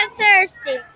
thirsty